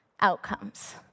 outcomes